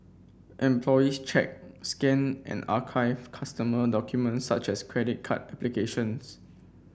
employees check scan and archive customer documents such as credit card applications